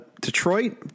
Detroit